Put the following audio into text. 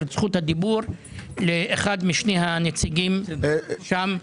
את זכות הדיבור לאחר משני הנציגים שם.